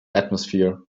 atmosphere